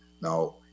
Now